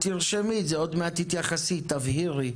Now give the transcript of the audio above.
תרשמי את זה, עוד מעט תתייחסי, תבהירי.